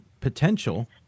potential